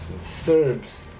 Serbs